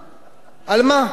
מה?